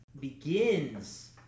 begins